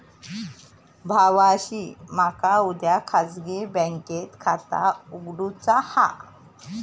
भावाशी मका उद्या खाजगी बँकेत खाता उघडुचा हा